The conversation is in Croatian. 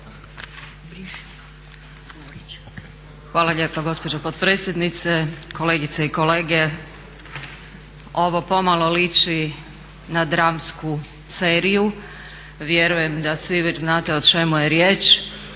Hvala lijepa gospođo potpredsjednice, kolegice i kolege. Ovo pomalo liči na dramsku seriju, vjerujem da svi već znate o čemu je riječ.